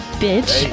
bitch